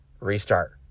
restart